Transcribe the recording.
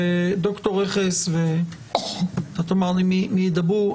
ד"ר רכס, אתה תאמר לי מי ידברו.